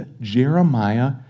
Jeremiah